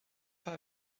pas